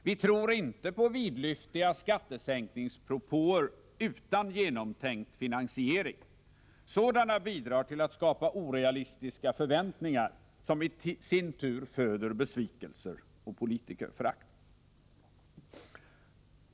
Vi tror inte på vidlyftiga skattesänkningspropåer utan genomtänkt finansiering. Sådana bidrar till att skapa orealistiska förväntningar, som i sin tur föder besvikelser och politikerförakt.